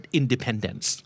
independence